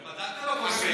הכנסת מפריעה לך?